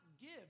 give